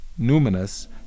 numinous